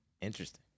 Interesting